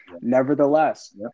Nevertheless